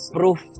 proof